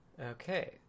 Okay